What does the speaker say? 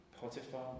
Potiphar